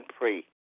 pray